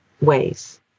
ways